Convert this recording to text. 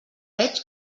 veig